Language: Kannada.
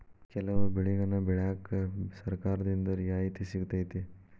ಕೆಲವು ಬೆಳೆಗನ್ನಾ ಬೆಳ್ಯಾಕ ಸರ್ಕಾರದಿಂದ ರಿಯಾಯಿತಿ ಸಿಗತೈತಿ